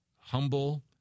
humble